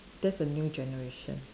that's the new generation